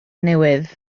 newydd